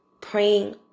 praying